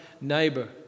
neighbor